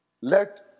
Let